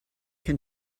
can